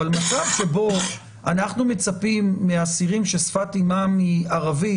אבל מצב שבו אנחנו מצפים מהאסירים ששפת אימם היא ערבית,